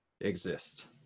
exist